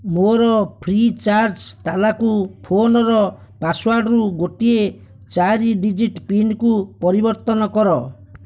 ମୋର Freecharge ତାଲାକୁ ଫୋନର ପାସୱାର୍ଡରୁ ଗୋଟିଏ ଚାରି ଡିଜିଟ୍ ପିନ୍ କୁ ପରିବର୍ତ୍ତନ କର